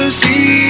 see